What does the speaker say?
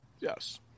yes